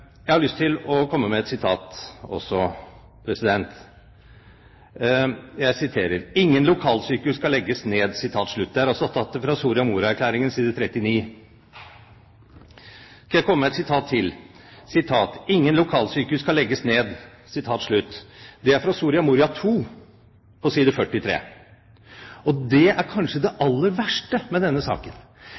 Jeg har lyst til å komme med et sitat også. Jeg siterer: «Ingen lokalsykehus skal legges ned.» Det er tatt fra Soria Moria-erklæringen side 39. Jeg skal komme med et sitat til: «Ingen lokalsykehus skal legges ned.» Det er fra Soria Moria II, side 45. Og det er kanskje det aller verste med denne saken,